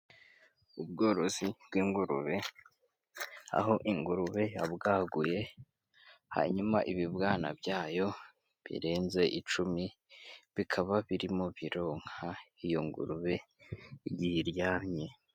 Ubworozi bw'ingurube aho ingurube yabwaguye, hanyuma ibibwana byayo birenze icumi, bikaba biri bironka iyo ngurube igiye iryamye.